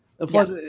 plus